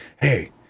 hey